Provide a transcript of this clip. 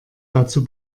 dazu